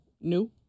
New